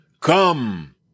come